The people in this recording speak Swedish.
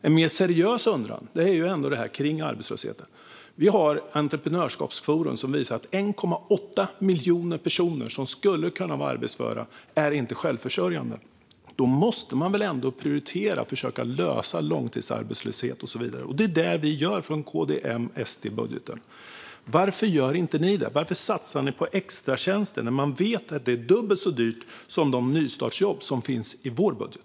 En mer seriös undran är ändå kring arbetslösheten. Entreprenörskapsforum visar att 1,8 miljoner personer som skulle kunna vara arbetsföra inte är självförsörjande. Då måste man väl ändå prioritera och försöka lösa långtidsarbetslösheten och så vidare. Det är det vi gör i KD-M-SD-budgeten. Varför gör inte ni det? Varför satsar ni på extratjänster när vi vet att det är dubbelt så dyrt som de nystartsjobb som finns i vår budget?